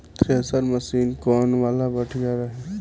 Thresher machine कौन वाला बढ़िया रही?